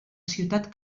ciutat